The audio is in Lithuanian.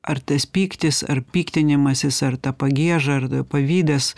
ar tas pyktis ar piktinimasis ar ta pagieža ar pavydas